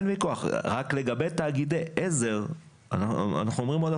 לכן צריך לדייק שזה יהיה חוב שהינו תשלום